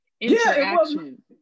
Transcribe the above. interaction